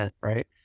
right